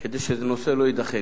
כדי שהנושא לא יידחה.